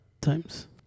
times